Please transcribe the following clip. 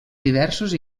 diversos